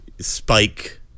spike